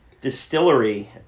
distillery